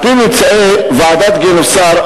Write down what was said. על-פי ממצאי ועדת-גינוסר,